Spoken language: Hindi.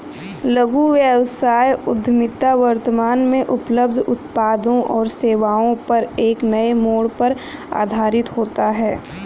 लघु व्यवसाय उद्यमिता वर्तमान में उपलब्ध उत्पादों और सेवाओं पर एक नए मोड़ पर आधारित होता है